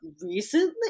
recently